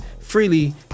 freely